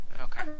Okay